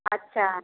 अच्छा